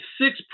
six